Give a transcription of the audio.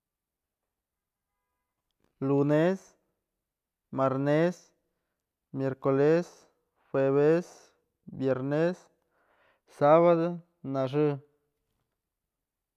Lunés, marnés, miercolés, juevés, viernés, sabadë, naxë.